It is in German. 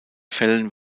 fällen